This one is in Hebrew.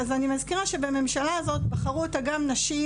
אז אני מזכירה שאת הממשלה הזאת בחרו גם נשים,